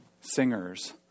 singers